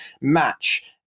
match